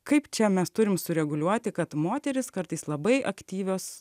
kaip čia mes turim sureguliuoti kad moterys kartais labai aktyvios